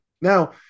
Now